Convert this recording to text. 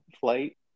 flight